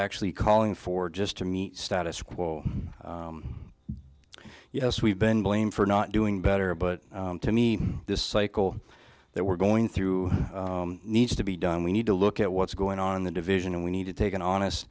actually calling for just to meet status quo yes we've been blamed for not doing better but to me this cycle that we're going through needs to be done we need to look at what's going on in the division and we need to take an honest